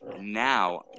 now